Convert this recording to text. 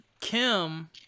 Kim